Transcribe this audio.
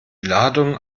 ladung